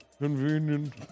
Convenient